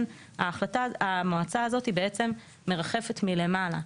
המועצה הזאת מרחפת מלמעלה,